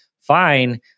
Fine